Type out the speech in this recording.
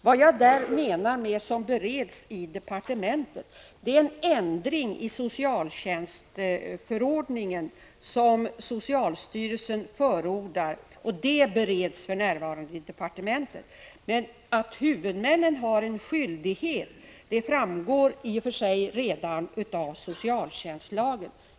Vad jag där syftar på, som bereds inom departementet, är en ändring av socialtjänstförordningen, som socialstyrelsen förordar. Men att huvudmännen har en skyldighet framgår i och för sig redan av socialtjänstlagen.